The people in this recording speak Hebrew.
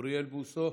אוריאל בוסו,